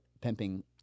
pimping